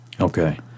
Okay